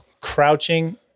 crouching